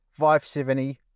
570